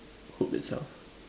Hood itself